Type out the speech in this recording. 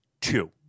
two